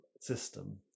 system